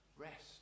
Rest